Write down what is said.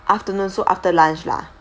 afternoon so after lunch lah